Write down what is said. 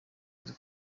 uzi